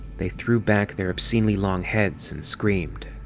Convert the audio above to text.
they threw back their obscenely long heads and screamed.